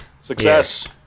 Success